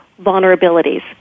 vulnerabilities